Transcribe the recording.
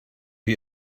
you